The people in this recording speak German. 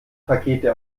pakete